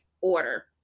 order